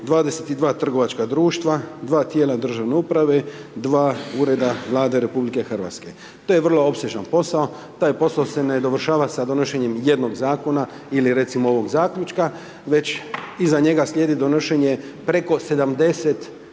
22 trgovačka društva, 2 tijela državne uprave, 2 ureda vlade RH. To je vrlo opsežan posao, taj posao se ne dovršava sa donošenjem jednog zakona, ili recimo ovog zaključka, već iza njega slijedi donošenje preko 70